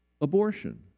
abortion